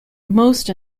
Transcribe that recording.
most